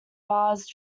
bars